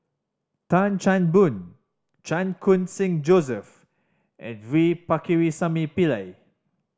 Tan Chan Boon Chan Khun Sing Joseph and V Pakirisamy Pillai